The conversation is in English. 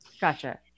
Gotcha